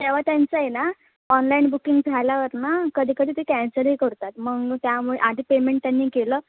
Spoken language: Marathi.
तेव्हा त्यांचं आहे ना ऑनलाईन बुकिंग झाल्यावर ना कधी कधी ते कॅन्सलही करतात मग त्यामुळे आधी पेमेंट त्यांनी केलं